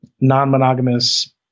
non-monogamous